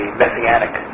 messianic